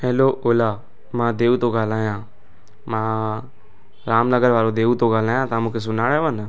hello ओला मां देव थो ॻाल्हायां मां राम नगर वारो देव थो ॻाल्हायां तव्हां मूंखे सुञाणयव न